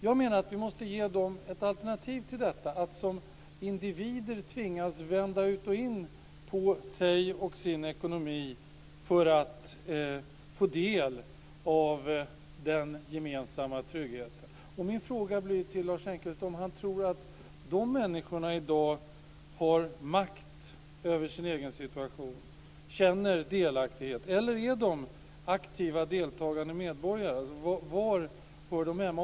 Jag menar att vi måste ge dem ett alternativ till detta att som individer tvingas vända ut och in på sig och sin ekonomi för att få del av den gemensamma tryggheten. Min fråga till Lars Engqvist blir: Tror han att dessa människor i dag har makt över sin egen situation och känner delaktighet? Eller är de aktiva deltagande medborgare? Var hör de hemma?